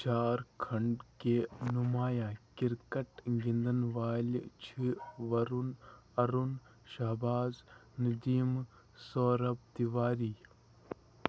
جھاركھنٛڈٕ كہِ نُمایا كِركٹ گِنٛدن والہِ چھِ وَرُن اَرُن شاہباز ندیم سورب تِواری